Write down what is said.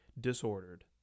Disordered